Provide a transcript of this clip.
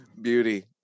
Beauty